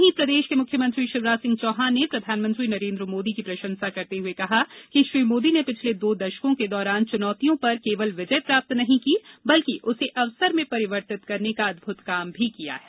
वहीं प्रदेश के मुख्यमंत्री शिवराज सिंह चौहान ने प्रधानमंत्री नरेंद्र मोदी की प्रशंसा करते हुए कहा कि श्री मोदी ने पिछले दो दशकों के दौरान चुनौतियों पर केवल विजय प्राप्त नहीं की बल्कि उसे अवसर में परिवर्तित करने का अद्भुत कार्य किया है